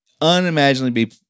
unimaginably